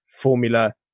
Formula